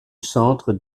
centre